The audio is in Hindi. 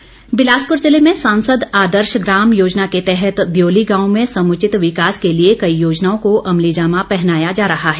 आदर्श ग्राम बिलासपुर जिले में सांसद आदर्श ग्राम योजना के तहत दयोली गांव में समूचित विकास के लिए कई योजनाओं को अमलीजामा पहनाया जा रहा है